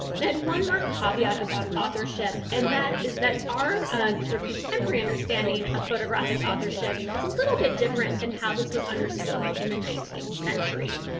one more caveat about authorship, and that is that our sort of contemporary understanding of photographic authorship is a little bit different than how this was understood in the nineteenth century.